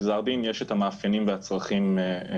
גזר דין יש את המאפיינים והצרכים שלו.